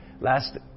last